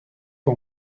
bon